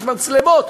יש מצלמות,